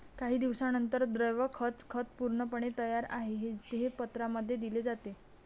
काही दिवसांनंतर, द्रव खत खत पूर्णपणे तयार आहे, जे पत्रांमध्ये दिले आहे